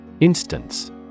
Instance